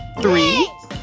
Three